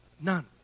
None